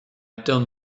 done